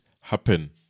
happen